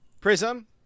prism